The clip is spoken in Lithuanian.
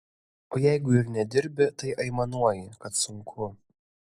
o jeigu ir nedirbi tai aimanuoji kad sunku